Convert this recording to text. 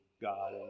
God